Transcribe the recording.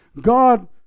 God